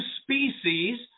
species